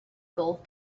golf